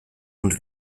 und